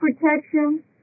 protection